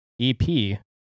EP